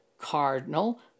Cardinal